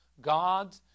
God